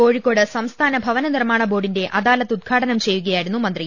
കോഴിക്കോട് സംസ്ഥാന ഭവന നിർമ്മാണ ബോർഡിന്റെ അദാലത്ത് ഉദ്ഘാടനം ചെയ്യുക യായിരുന്നു മന്ത്രി